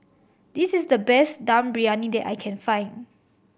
this is the best Dum Briyani that I can find